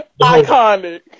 Iconic